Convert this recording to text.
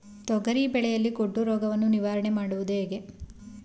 ತೊಗರಿ ಬೆಳೆಯಲ್ಲಿ ಗೊಡ್ಡು ರೋಗವನ್ನು ನಿವಾರಣೆ ಮಾಡುವುದು ಹೇಗೆ?